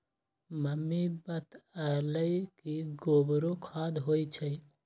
mummy बतअलई कि गोबरो खाद होई छई